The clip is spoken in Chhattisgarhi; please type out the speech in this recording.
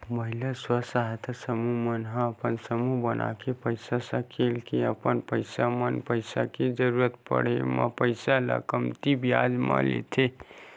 महिला स्व सहायता समूह मन ह अपन समूह बनाके पइसा सकेल के अपन आपस म पइसा के जरुरत पड़े म पइसा ल कमती बियाज म लेथे